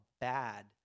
bad